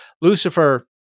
Lucifer